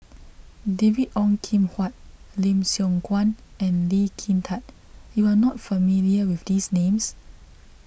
David Ong Kim Huat Lim Siong Guan and Lee Kin Tat you are not familiar with these names